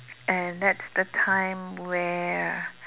and that's the time where